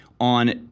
on